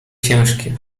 ciężkie